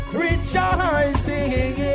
rejoicing